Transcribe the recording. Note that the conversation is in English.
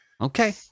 okay